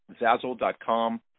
Zazzle.com